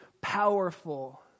powerful